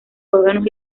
órganos